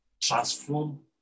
transform